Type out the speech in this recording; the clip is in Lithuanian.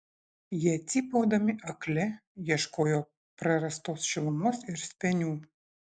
jie cypaudami akli ieškojo prarastos šilumos ir spenių